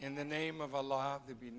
in the name of a law to be